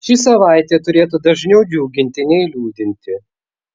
ši savaitė turėtų dažniau džiuginti nei liūdinti